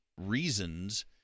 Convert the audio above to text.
reasons